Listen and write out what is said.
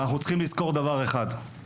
אבל אנחנו צריכים לזכור דבר אחד,